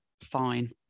fine